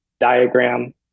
diagram